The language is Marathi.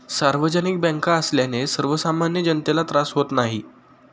सार्वजनिक बँका असल्याने सर्वसामान्य जनतेला त्रास होत नाही